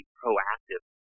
proactive